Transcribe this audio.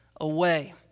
away